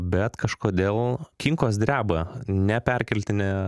bet kažkodėl kinkos dreba ne perkeltine